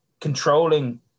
controlling